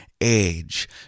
Age